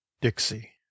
Dixie